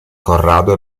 corrado